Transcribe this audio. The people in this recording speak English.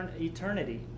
eternity